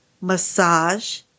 massage